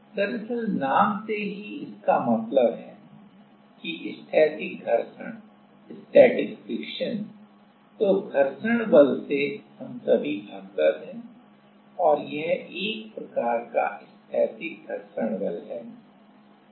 दरअसल नाम से ही इसका मतलब है कि स्थैतिक घर्षण तो घर्षण बल से हम सभी अवगत हैं और यह एक प्रकार का स्थैतिक घर्षण बल है